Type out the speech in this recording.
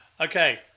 Okay